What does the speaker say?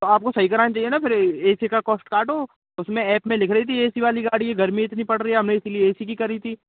तो आपको सही करानी चाहिए न फिर ये ऐसी का कोस्ट काटो उसमें में लिख रही थी ऐसी वाली गाड़ी हे गर्मी इतनी पड़ रही है हमने इसलिए ऐसी की करी थी